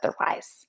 otherwise